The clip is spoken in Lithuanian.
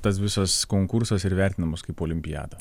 tas visas konkursas ir vertinamas kaip olimpiada